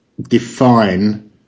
define